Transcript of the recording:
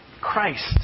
Christ